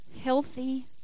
Healthy